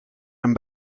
een